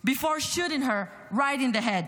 before shooting her right in the head.